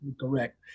correct